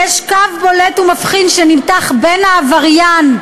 יש קו בולט ומבחין שנמתח בין העבריין,